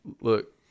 look